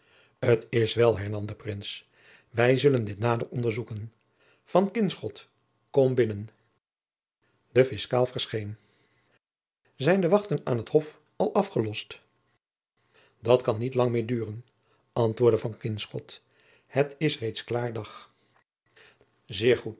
t is wel hernam de prins wij zullen dit nader onderzoeken van kinschot kom binnen de fiscaal verscheen zijn de wachten aan het hof al afgelost dat kan niet lang meer duren antwoordde van kinschot het is reeds klaar dag zeer goed